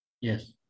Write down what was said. Yes